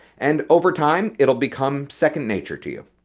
and over time it will become second nature to you.